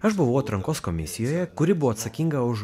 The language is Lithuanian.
aš buvau atrankos komisijoje kuri buvo atsakinga už